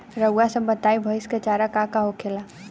रउआ सभ बताई भईस क चारा का का होखेला?